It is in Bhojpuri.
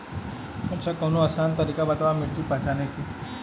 अच्छा कवनो आसान तरीका बतावा मिट्टी पहचाने की?